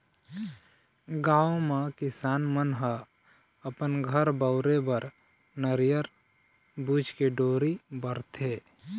गाँव म किसान मन ह अपन घर बउरे बर नरियर बूच के डोरी बरथे